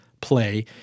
play